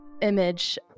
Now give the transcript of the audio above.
image